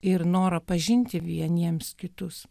ir norą pažinti vieniems kitus